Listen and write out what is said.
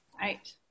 Right